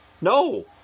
No